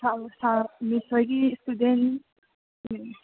ꯃꯤꯁ ꯍꯣꯏꯒꯤ ꯏꯁꯇꯨꯗꯦꯟ